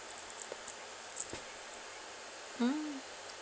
hmm